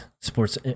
sports